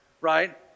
right